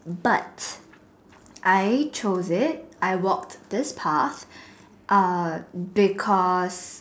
but I chose it I walk this path uh because